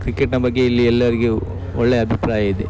ಕ್ರಿಕೆಟ್ನ ಬಗ್ಗೆ ಇಲ್ಲಿ ಎಲ್ಲರಿಗು ಒಳ್ಳೆಯ ಅಭಿಪ್ರಾಯ ಇದೆ